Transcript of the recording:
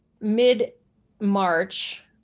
mid-March